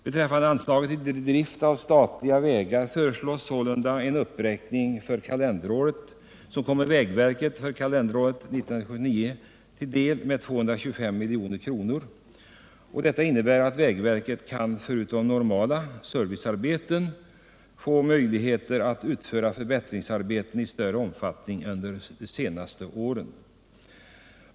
Beträffande anslaget till Drift av statliga vägar föreslås sålunda en uppräkning för kalenderåret 1979 som kommer vägverket till del med 255 milj.kr. Detta innebär att vägverket förutom normala servicearbeten får möjlighet att utföra förbättringsarbeten i större omfattning än under de senaste åren.